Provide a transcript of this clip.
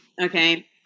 Okay